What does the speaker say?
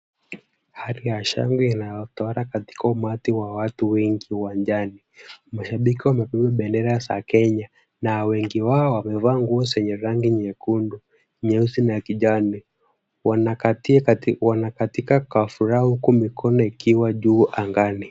Hali ya shangwe inayotawala katika umati wa watu wengi uwanjani. Mashabiki wamebeba bendera za Kenya na wengi wao wamevaa nguo zenye rangi nyekundu, nyeusi na kijani. Wanakatika kwa furaha huku mikono ikiwa juu angani.